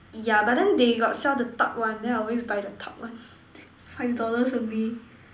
yeah but then they got the sell the tub one then I always buy the tub one five dollars only